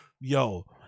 Yo